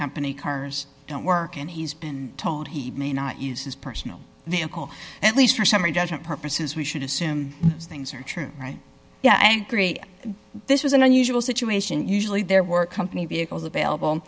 company cars don't work and he's been told he may not use his personal vehicle at least for summary judgment purposes we should assume things are true right yeah i agree this was an unusual situation usually there were company vehicles available